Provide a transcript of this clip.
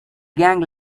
gang